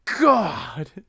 god